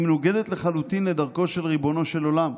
היא מנוגדת לחלוטין לדרכו של ריבונו של עולם,